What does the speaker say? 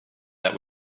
that